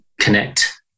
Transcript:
connect